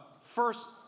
first